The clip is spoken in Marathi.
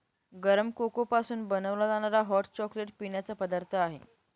गरम कोको पासून बनवला जाणारा हॉट चॉकलेट पिण्याचा पदार्थ आहे